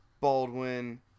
Baldwin